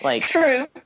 True